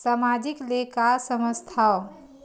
सामाजिक ले का समझ थाव?